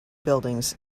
buildings